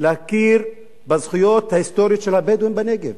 להכיר בזכויות ההיסטוריות של הבדואים בנגב?